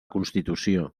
constitució